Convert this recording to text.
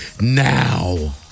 now